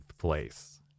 place